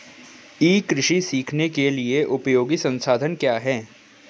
ई कृषि सीखने के लिए उपयोगी संसाधन क्या हैं?